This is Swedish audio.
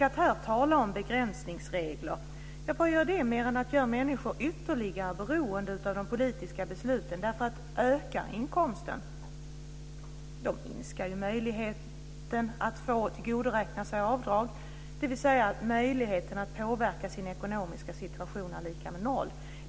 Att här tala om begränsningsregler, vad innebär det mer än att göra människor ytterligare beroende av de politiska besluten? Om inkomsten ökar så minskar ju möjligheten att få tillgodoräkna sig avdrag, dvs. möjligheten att påverka sin ekonomiska situation är lika med noll.